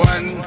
One